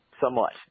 somewhat